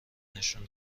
نشون